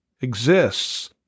exists